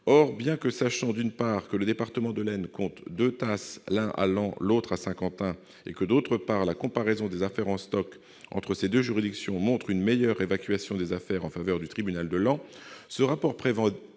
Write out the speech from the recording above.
Or, bien que soulignant, d'une part, que le département de l'Aisne compte deux TASS, l'un à Laon, l'autre à Saint-Quentin, et que, d'autre part, la comparaison des affaires en stock entre ces deux juridictions montre une meilleure évacuation des affaires au tribunal de Laon, ce rapport prévoit